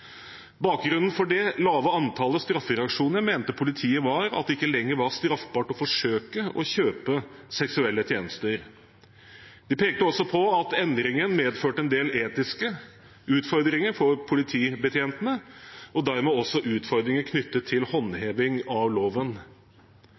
Bakgrunnen for det lave antallet straffereaksjoner mente politiet var at det ikke lenger var straffbart å forsøke å kjøpe seksuelle tjenester. De pekte også på at endringen medførte en del etiske utfordringer for politibetjentene, og dermed også utfordringer knyttet til